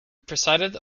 presided